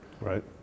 right